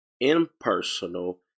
impersonal